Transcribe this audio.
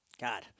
God